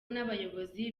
n’abayobozi